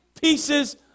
pieces